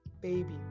baby